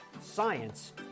science